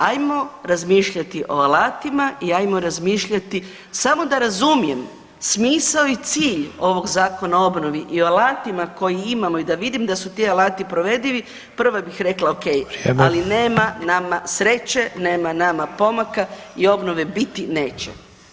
Ajmo razmišljati o alatima i ajmo razmišljati samo da razumijem smisao i cilj ovog Zakona o obnovi i o alatima koje imamo i da vidim da su ti alati provedivi, prvo bih rekla okej, ali nema nama sreće, nema nama pomaka i obnove biti neće.